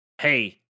hey